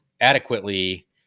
adequately